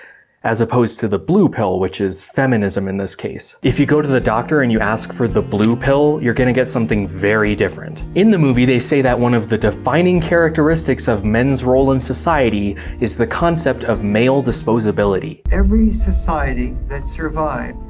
as opposed to the blue pill, which is feminism in this case. if you go to the doctor and ask for the blue pill, you're going to get something very different. in the movie, they say that one of the defining characteristics of men's role in society is the concept of male disposability. every society that survived,